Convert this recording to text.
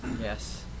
Yes